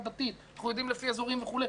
אנחנו יודעים לפי אזורים וכו',